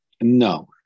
No